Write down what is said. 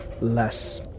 less